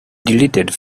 deleted